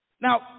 now